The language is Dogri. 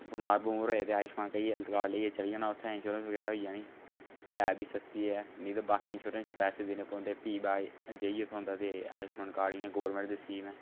बमार बमुर होऐ ते आयुशमान हैल्थ कार्ड लेई चली जाना उत्थें इंश्योरेंस बगैरा होई जानी ते ऐ बी सस्ती ऐ नेईं ते बाकियें इंश्योरेंस च पैसे देने पौंदे फ्ही बाद च जाइयै थ्होंदा ते आयुशमान कार्ड इ'यां गोरमेंट दी स्कीम ऐ